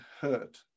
hurt